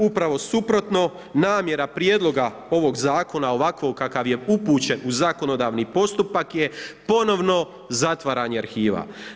Upravo suprotno, namjera prijedloga ovoga zakona, ovakvog kakav je upućen u zakonodavni postupak, je ponovno zatvaranje arhiva.